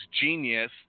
genius